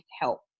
help